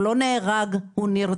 הוא לא נהרג, הוא נרצח.